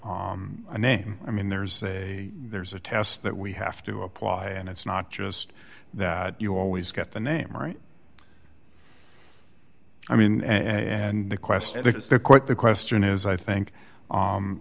a name i mean there's a there's a test that we have to apply and it's not just that you always get the name right i mean and the question i think the question is i think